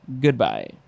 Goodbye